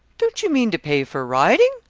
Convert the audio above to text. don't you mean to pay for riding?